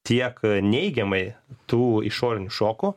tiek neigiamai tų išorinių šokų